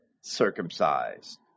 circumcised